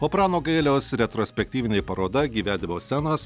o prano gailiaus retrospektyvinė paroda gyvenimo scenos